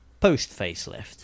post-facelift